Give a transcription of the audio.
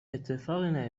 اتفاقی